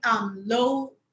low